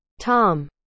Tom